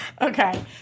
Okay